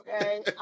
Okay